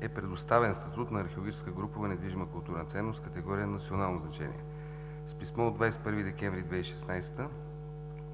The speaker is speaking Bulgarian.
е предоставен статут на археологическа групова недвижима културна ценност – категория „Национално значение“. С писмо от 21 декември 2016 г.